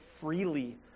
freely